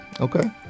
Okay